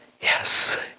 Yes